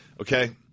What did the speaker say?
okay